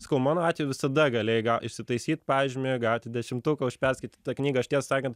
sakau mano atveju visada galėjai išsitaisyt pažymį gauti dešimtuką už perskaitytą knygą aš tiesą sakant